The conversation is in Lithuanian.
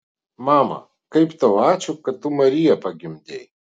mama kaip tau ačiū kad tu mariją pagimdei